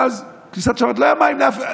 ואז בכניסת שבת לא היו מים לאף אחד.